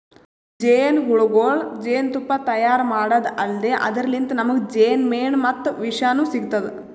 ಜೇನಹುಳಗೊಳ್ ಜೇನ್ತುಪ್ಪಾ ತೈಯಾರ್ ಮಾಡದ್ದ್ ಅಲ್ದೆ ಅದರ್ಲಿನ್ತ್ ನಮ್ಗ್ ಜೇನ್ಮೆಣ ಮತ್ತ್ ವಿಷನೂ ಸಿಗ್ತದ್